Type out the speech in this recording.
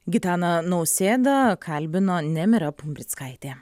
gitaną nausėdą kalbino nemira pumprickaitė